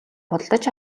худалдаж